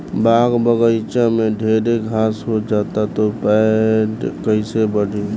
बाग बगइचा में ढेर घास हो जाता तो पेड़ कईसे बढ़ी